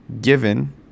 given